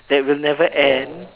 that will never end